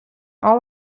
all